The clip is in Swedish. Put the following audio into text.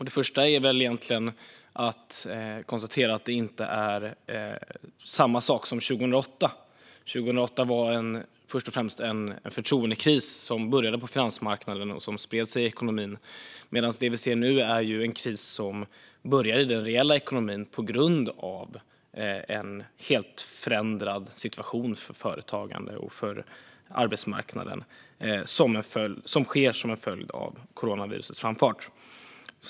Det är inte samma sak som 2008. Krisen 2008 var en förtroendekris som började på finansmarknaden och som spred sig i ekonomin. Det vi ser nu är en kris som började i den reella ekonomin på grund av en helt förändrad situation för företagande och arbetsmarknaden som en följd av coronavirusets framfart.